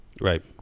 Right